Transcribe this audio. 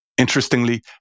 Interestingly